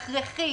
הכרחי.